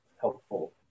helpful